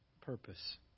purpose